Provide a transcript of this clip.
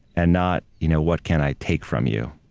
and not, you know what can i take from you?